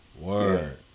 Word